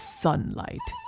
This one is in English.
sunlight